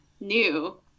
new